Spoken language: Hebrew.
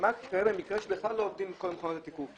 מה קורה במקרה שבכלל לא עובדות כל מכונות התיקוף?